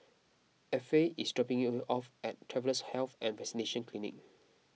Effie is dropping me off at Travellers' Health and Vaccination Clinic